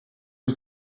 een